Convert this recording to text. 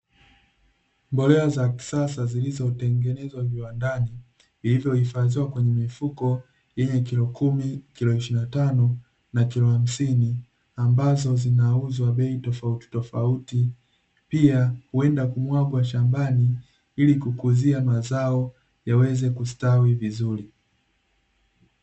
Mbolea za kisasa zilizotengenezwa viwandani, vilivyohifadhiwa kwenye mifuko yenye: kilo kumi, kilo ishirini na tano na kilo hamsini; ambazo zinauzwa bei tofautitofauti. Pia huenda kumwagwa shambani ili kukuzia mazao yaweze kustawi vizuri.